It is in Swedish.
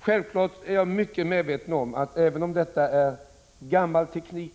Självfallet är jag mycket medveten om att även om detta är fråga om delvis välkänd teknik